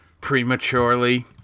Prematurely